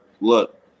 look